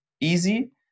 easy